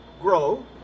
grow